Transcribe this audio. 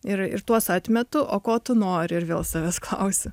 ir ir tuos atmetu o ko tu nori ir vėl savęs klausiu